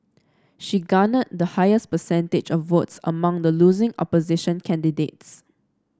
she garnered the highest percentage of votes among the losing opposition candidates